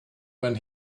when